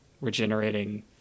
regenerating